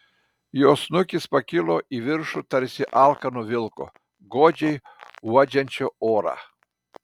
jo snukis pakilo į viršų tarsi alkano vilko godžiai uodžiančio orą